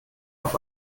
auf